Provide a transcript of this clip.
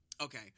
Okay